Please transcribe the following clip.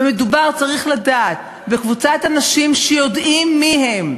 ומדובר, צריך לדעת, בקבוצת אנשים שיודעים מי הם.